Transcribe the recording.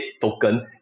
token